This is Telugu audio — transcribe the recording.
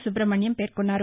సుబ్రహ్మణ్యం పేర్కొన్నారు